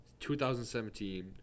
2017